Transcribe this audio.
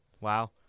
Wow